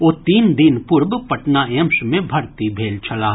ओ तीन दिन पूर्व पटनाक एम्स मे भर्ती भेल छलाह